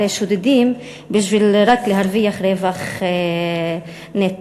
הרי שודדים רק בשביל להרוויח רווח נטו.